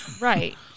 Right